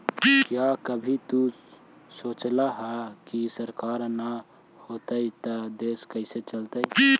क्या कभी तु सोचला है, की सरकार ना होतई ता देश कैसे चलतइ